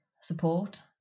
support